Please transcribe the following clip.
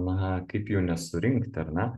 na kaip jų nesurinkti ar ne